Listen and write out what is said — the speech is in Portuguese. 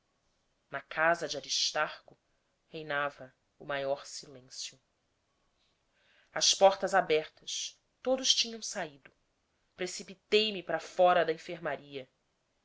na casa de aristarco reinava o maior silêncio as portas abertas todos tinham saído precipitei me para fora da enfermaria